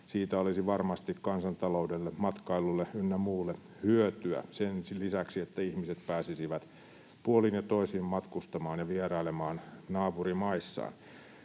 siitä olisi varmasti kansantaloudelle, matkailulle ynnä muulle hyötyä, sen lisäksi että ihmiset pääsisivät puolin ja toisin matkustamaan ja vierailemaan naapurimaissaan.